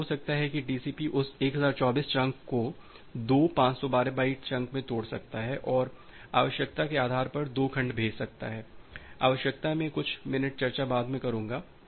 ऐसा हो सकता है कि टीसीपी उस 1024 चंक को दो 512 बाइट चंक में तोड़ सकता है और आवश्यकता के आधार पर 2 खंड भेज सकता है आवश्यकता मैं कुछ मिनट बाद चर्चा करूंगा